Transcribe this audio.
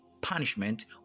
punishment